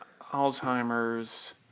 Alzheimer's